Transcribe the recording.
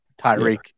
Tyreek